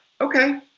okay